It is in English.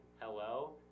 hello